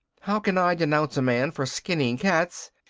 how can i denounce a man for skinning cats,